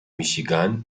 michigan